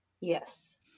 yes